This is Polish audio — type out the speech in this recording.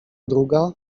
druga